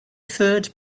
third